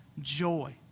joy